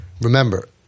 Remember